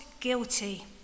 guilty